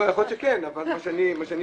לא, יכול להיות שכן, אבל ממה שאני יודע.